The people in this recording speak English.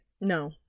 No